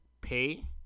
pay